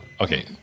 okay